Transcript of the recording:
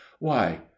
Why